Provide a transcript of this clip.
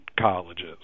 colleges